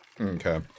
okay